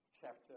chapter